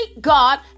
God